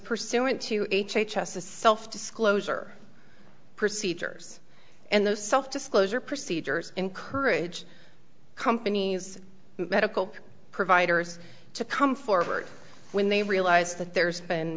pursuant to h h s the self disclosure procedures and the self disclosure procedures encourage companies medical providers to come forward when they realize that there's been